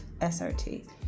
SRT